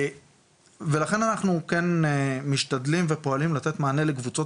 ולכן אנחנו משתדלים ופועלים לתת מענה לקבוצות